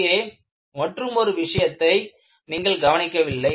இங்கே மற்றுமொரு விஷயத்தை நீங்கள் கவனிக்கவில்லை